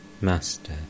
Master